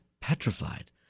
petrified